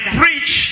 preach